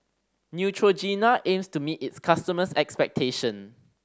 Neutrogena aims to meet its customers' expectation